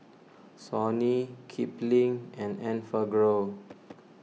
Sony Kipling and Enfagrow